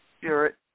spirit